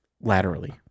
laterally